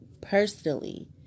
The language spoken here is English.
personally